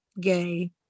gay